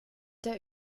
der